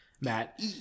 Matt